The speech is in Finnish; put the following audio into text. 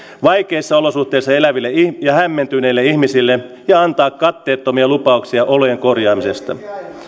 vaikeissa olosuhteissa eläville ja hämmentyneille ihmisille ja antaa katteettomia lupauksia olojen korjaamisesta